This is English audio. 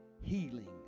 healing